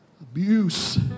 Abuse